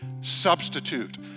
substitute